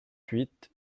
huit